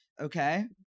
Okay